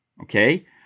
okay